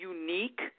unique